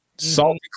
Salt